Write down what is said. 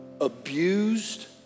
abused